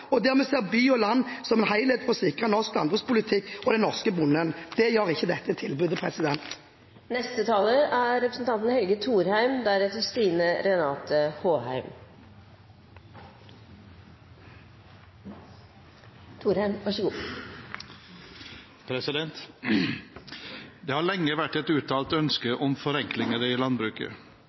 rolle, og der vi ser by og land som en helhet, og at vi sikrer norsk landbrukspolitikk og den norske bonden. Det gjør ikke dette tilbudet. Det har lenge vært et uttalt ønske om forenklinger i landbruket.